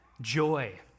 joy